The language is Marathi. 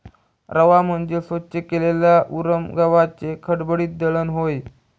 रवा म्हणजे स्वच्छ केलेल्या उरम गव्हाचे खडबडीत दळण होय